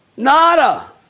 Nada